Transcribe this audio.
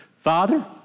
Father